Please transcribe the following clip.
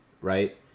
right